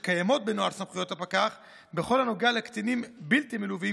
שקיימות בנוהל סמכויות הפקח בכל הנוגע לקטינים בלתי מלווים,